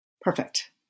Perfect